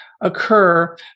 occur